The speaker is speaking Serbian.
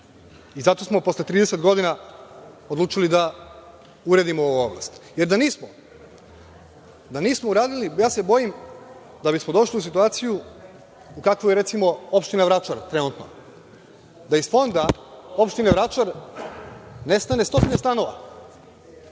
Zato smo posle 30 godina odlučili da uredimo ovu oblast, jer da nismo uredili ja se bojim da bismo došli u situaciju u kakvoj je, recimo, opština Vračar trenutno, da iz fonda opštine Vračar nestane stotine